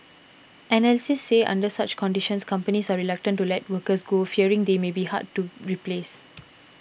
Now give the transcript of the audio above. analysts say under such conditions companies are reluctant to let workers go fearing they may be hard to replace